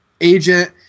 agent